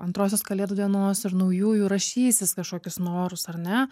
antrosios kalėdų dienos ir naujųjų rašysis kažkokius norus ar ne